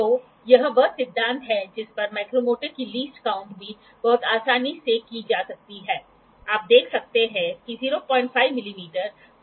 तो यह एक ब्लेड के लिए है जिसे एंटी क्लोकवैस में घुमाया जाता है यदि ब्लेड एंटी क्लोकवैस दिशा में घूमता है तो इस प्रकार हमें सपलीमेंट विवरण मिलता है